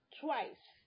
twice